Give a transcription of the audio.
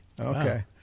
okay